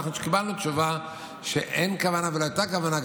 קיבלנו תשובה שאין כוונה ולא הייתה כוונה,